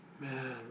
man